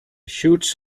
shoots